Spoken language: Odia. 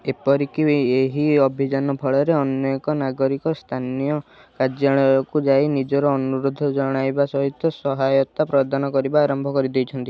ଏପରି କି ଏହି ଅଭିଯାନ ଫଳରେ ଅନେକ ନାଗରିକ ସ୍ଥାନୀୟ କାର୍ଯ୍ୟାଳୟକୁ ଯାଇ ନିଜର ଅନୁରୋଧ ଜଣାଇବା ସହିତ ସହାୟତା ପ୍ରଦାନ କରିବା ଆରମ୍ଭ କରିଦେଇଛନ୍ତି